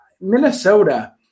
Minnesota